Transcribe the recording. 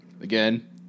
Again